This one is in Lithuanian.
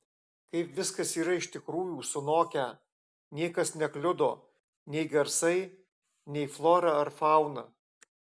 kai viskas yra iš tikrųjų sunokę niekas nekliudo nei garsai nei flora ar fauna